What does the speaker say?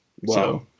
Wow